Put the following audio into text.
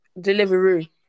delivery